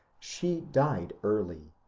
she died early,